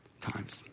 times